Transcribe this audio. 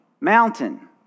mountain